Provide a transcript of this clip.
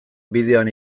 bideoan